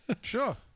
Sure